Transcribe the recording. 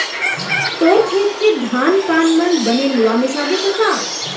तोर खेत के धान पान मन बने लुवा मिसागे कका?